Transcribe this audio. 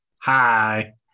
Hi